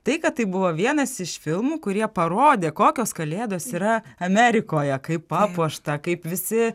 tai kad tai buvo vienas iš filmų kurie parodė kokios kalėdos yra amerikoje kaip papuošta kaip visi